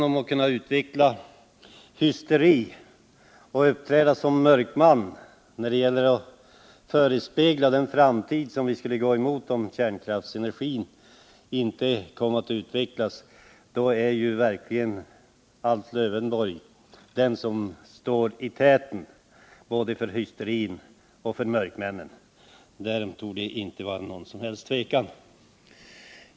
Men när det gäller att måla upp den framtid som vi skulle gå till mötes om kärnenergin inte kom till användning är Alf Lövenborg verkligen den som går i täten för mörkmännens hysteri. Därom torde det inte råda något som helst tvivel.